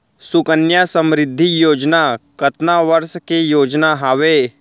सुकन्या समृद्धि योजना कतना वर्ष के योजना हावे?